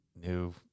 new